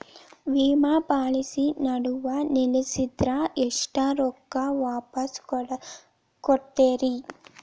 ವಿಮಾ ಪಾಲಿಸಿ ನಡುವ ನಿಲ್ಲಸಿದ್ರ ಎಷ್ಟ ರೊಕ್ಕ ವಾಪಸ್ ಕೊಡ್ತೇರಿ?